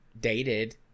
dated